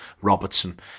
Robertson